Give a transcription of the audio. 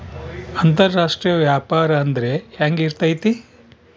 ಅಂತರಾಷ್ಟ್ರೇಯ ವ್ಯಾಪಾರ ಅಂದ್ರೆ ಹೆಂಗಿರ್ತೈತಿ?